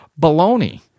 Baloney